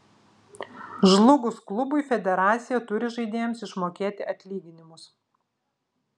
žlugus klubui federacija turi žaidėjams išmokėti atlyginimus